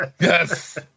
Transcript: Yes